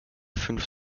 fünf